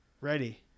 ready